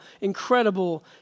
incredible